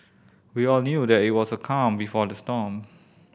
we all knew that it was the calm before the storm